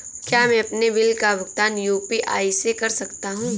क्या मैं अपने बिल का भुगतान यू.पी.आई से कर सकता हूँ?